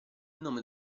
nome